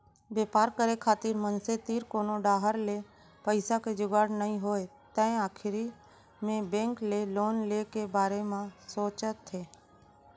बेपार करे खातिर मनसे तीर कोनो डाहर ले पइसा के जुगाड़ नइ होय तै आखिर मे बेंक ले लोन ले के बारे म सोचथें